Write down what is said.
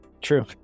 True